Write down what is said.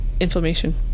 inflammation